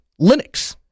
Linux